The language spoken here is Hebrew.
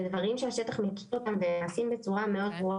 אלו דברים שהשטח מכיר אותם והם נעשים בצורה מאוד ברורה